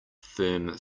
firm